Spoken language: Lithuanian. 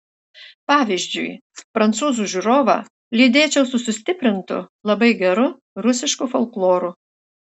pavyzdžiui prancūzų žiūrovą lydėčiau su sustiprintu labai geru rusišku folkloru